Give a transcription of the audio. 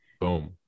boom